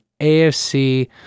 AFC